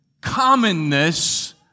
commonness